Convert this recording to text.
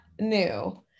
new